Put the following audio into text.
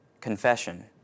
confession